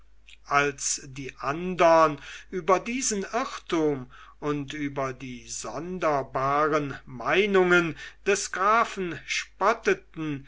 als die andern über diesen irrtum und über die sonderbaren meinungen des grafen